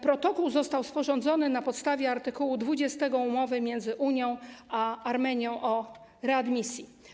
Protokół został sporządzony na podstawie art. 20 umowy między Unią a Armenią o readmisji.